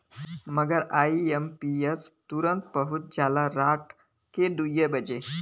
मगर आई.एम.पी.एस तुरन्ते पहुच जाला राट के दुइयो बजे